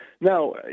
Now